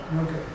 Okay